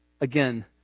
Again